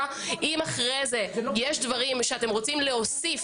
אם אחרי כן יש דברים שאתם רוצים להוסיף,